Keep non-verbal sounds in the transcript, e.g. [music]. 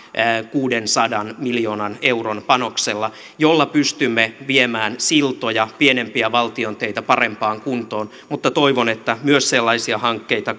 kuudensadan miljoonan euron panoksella jolla pystymme viemään siltoja pienempiä valtion teitä parempaan kuntoon mutta toivon mukaan myös sellaisia hankkeita [unintelligible]